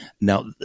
Now